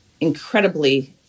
incredibly